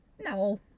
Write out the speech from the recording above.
No